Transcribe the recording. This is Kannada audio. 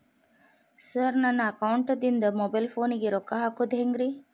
ಸರ್ ನನ್ನ ಅಕೌಂಟದಿಂದ ಮೊಬೈಲ್ ಫೋನಿಗೆ ರೊಕ್ಕ ಹಾಕೋದು ಹೆಂಗ್ರಿ?